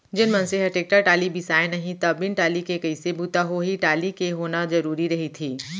जेन मनसे ह टेक्टर टाली बिसाय नहि त बिन टाली के कइसे बूता होही टाली के होना जरुरी रहिथे